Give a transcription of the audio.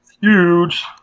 huge